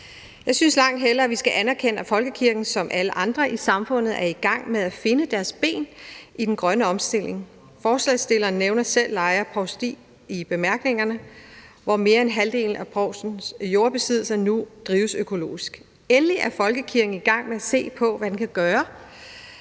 Jeg synes langt hellere, at vi skal anerkende, at folkekirken som alle andre i samfundet er i gang med at finde deres ben i den grønne omstilling. Forslagsstillerne nævner selv Lejre Provsti i bemærkningerne, hvor mere end halvdelen af provstiets jordbesiddelser nu drives økologisk. Endelig er folkekirken i gang med at se på, hvad den kan gøre